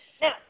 Now